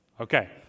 Okay